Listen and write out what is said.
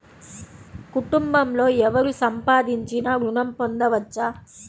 కుటుంబంలో ఎవరు సంపాదించినా ఋణం పొందవచ్చా?